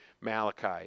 Malachi